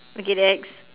okay next